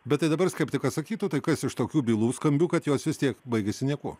bet tai dabar skeptikas sakytų tai kas iš tokių bylų skambių kad jos vis tiek baigiasi niekuo